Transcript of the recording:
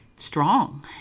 strong